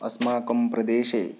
अस्माकं प्रदेशे